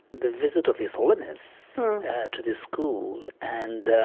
the visit of his holiness to the school. and